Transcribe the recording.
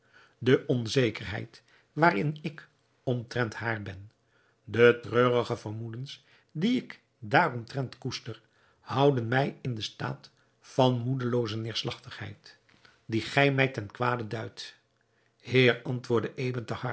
de onzekerheid waarin ik omtrent haar ben de treurige vermoedens die ik daaromtrent koester houden mij in den staat van moedelooze neêrslagtigheid die gij mij ten kwade duidt heer antwoordde